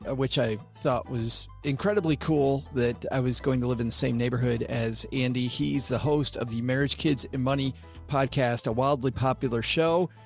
ah which i thought was incredibly cool that i was going to live in the same neighborhood as andy. he's the host of the marriage kids and money podcast, a wildly popular show,